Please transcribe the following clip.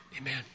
Amen